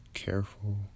careful